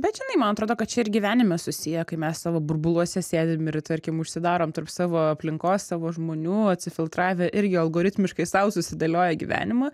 bet žinai man atrodo kad čia ir gyvenime susiję kai mes savo burbuluose sėdim ir tarkim užsidarom tarp savo aplinkos savo žmonių atsifiltravę irgi algoritmiškai sau susidėlioję gyvenimą